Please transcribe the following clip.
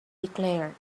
declared